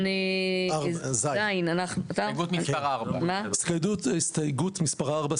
בהסתייגות מספר 4,